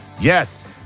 Yes